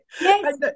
yes